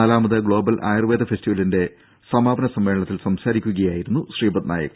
നാലാമത് ഗ്ലോബൽ ആയുർവേദ ഫെസ്റ്റിവലിന്റെ സമാപന സമ്മേളനത്തിൽ സംസാരിക്കുകയിരുന്നു ശ്രീപദ് നായിക്